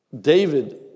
David